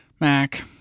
Mac